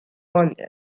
london